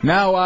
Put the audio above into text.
Now